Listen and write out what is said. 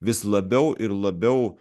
vis labiau ir labiau